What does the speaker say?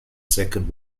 second